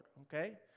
okay